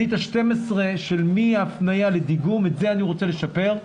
את ה-12 מההפניה לדיגום, את זה אני רוצה לשפר.